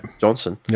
Johnson